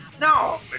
no